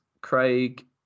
Craig